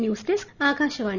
news desk Akashvani